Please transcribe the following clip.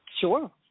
Sure